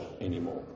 anymore